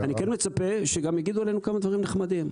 אני כן מצפה שגם יגידו עלינו כמה דברים נחמדים,